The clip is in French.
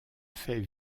fait